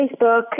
Facebook